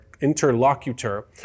interlocutor